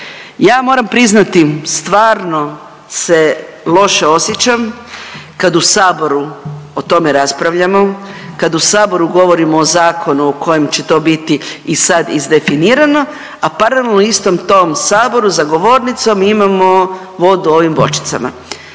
Ja moram priznati stvarno se loše osjećam kad u saboru o tome raspravljamo, kad u saboru govorimo o zakonu u kojem će to biti i sad izdefinirano, a paralelno u istom tom saboru za govornicom imamo vodu u ovim bočicama.